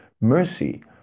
mercy